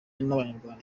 n’abanyarwanda